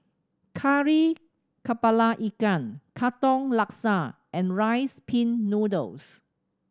Kari Kepala Ikan Katong Laksa and Rice Pin Noodles